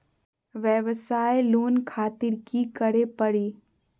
वयवसाय लोन खातिर की करे परी?